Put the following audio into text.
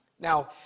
now